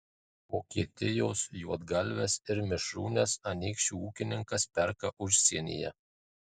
vokietijos juodgalves ir mišrūnes anykščių ūkininkas perka užsienyje